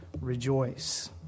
rejoice